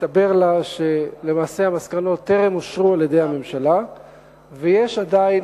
הסתבר לה שלמעשה המסקנות טרם אושרו על-ידי הממשלה ויש עדיין